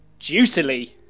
Juicily